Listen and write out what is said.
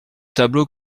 tableau